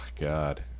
God